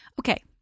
Okay